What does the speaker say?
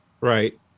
Right